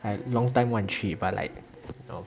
I long time want 去 but like